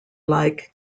like